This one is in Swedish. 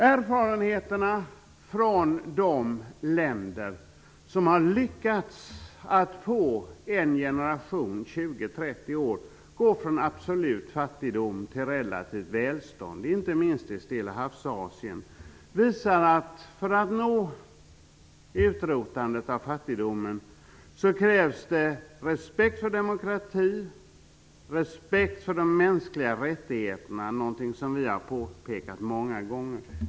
Erfarenheterna från de länder som har lyckats att på en generation, på 20-30 år, gå från absolut fattigdom till relativt välstånd, inte minst i Stillahavsasien, visar att det för att utrotandet av fattigdomen skall nås krävs respekt för demokrati, respekt för de mänskliga rättigheterna - någonting som vi har påpekat många gånger.